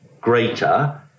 greater